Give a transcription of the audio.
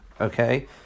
okay